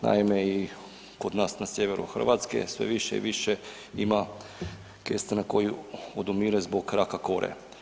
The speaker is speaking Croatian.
Naime i kod nas na sjeveru Hrvatske sve više i više ima kestena koji odumire zbog raka kore.